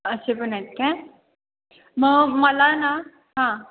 असे पण आहेत काय मग मला ना हां